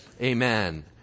Amen